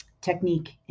technique